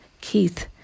Keith